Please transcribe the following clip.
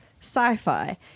sci-fi